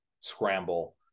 scramble